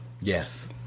yes